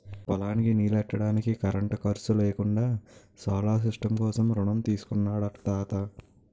పొలానికి నీల్లెట్టడానికి కరెంటు ఖర్సు లేకుండా సోలార్ సిస్టం కోసం రుణం తీసుకున్నాడట తాత